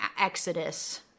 exodus